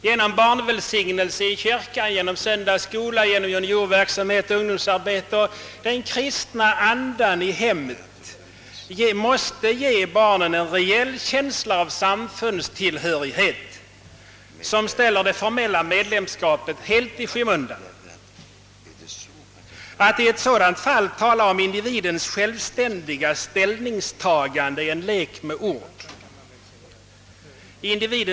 Genom deltagande i söndagsskola, juniorverksamhet, ungdomsarbete m:; m. och på grund av den kristna andan i hemmet måste barnen få en reell känsla av samfundstillhörighet som ställer det formella medlemskapet helt i skymundan. Det är en lek med ord att i ett sådant fall tala om individens självständiga ställningstagande.